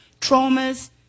traumas